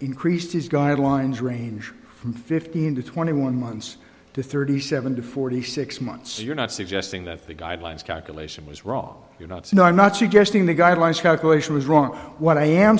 increased his guidelines range from fifteen to twenty one months to thirty seven to forty six months you're not suggesting that the guidelines calculation was wrong you know it's not i'm not suggesting the guidelines calculation was wrong what i am